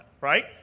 right